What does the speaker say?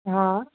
हा